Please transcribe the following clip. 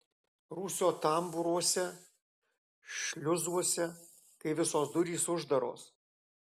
rūsio tambūruose šliuzuose kai visos durys uždaros